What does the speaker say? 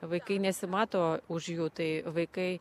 vaikai nesimato už jų tai vaikai